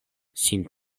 sin